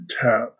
tap